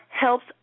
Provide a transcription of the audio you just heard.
helps